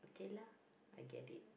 okay lah I get it